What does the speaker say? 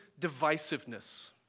divisiveness